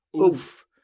Oof